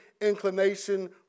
inclination